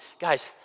Guys